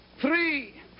three